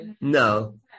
No